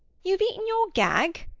you have eaten your gag?